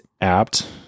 apt